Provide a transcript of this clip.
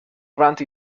grant